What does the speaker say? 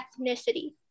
ethnicity